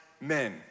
men